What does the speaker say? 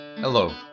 Hello